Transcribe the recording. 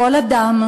כל אדם,